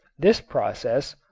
this process,